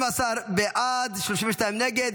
12 בעד, 32 נגד.